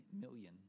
million